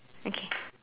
okay